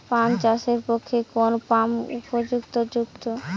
পান চাষের পক্ষে কোন পাম্প উপযুক্ত?